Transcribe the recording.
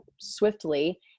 swiftly